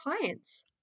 clients